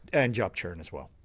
and job churn as well.